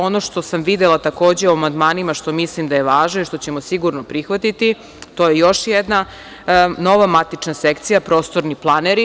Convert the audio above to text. Ono što sam videla takođe u amandmanima što mislim da je važno i što ćemo sigurno prihvatiti, to je još jedna nova matična sekcija, prostorni planeri.